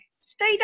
stay